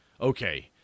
okay